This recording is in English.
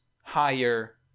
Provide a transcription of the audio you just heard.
higher